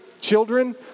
children